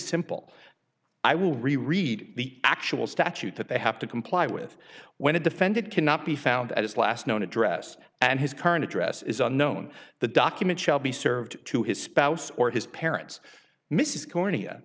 simple i will read the actual statute that they have to comply with when a defendant cannot be found at its last known address and his current address is unknown the document shall be served to his spouse or his parents mrs cornea